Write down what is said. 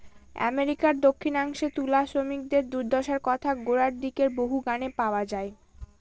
আমেরিকার দক্ষিনাংশে তুলা শ্রমিকদের দূর্দশার কথা গোড়ার দিকের বহু গানে পাওয়া যায়